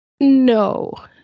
No